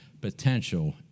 potential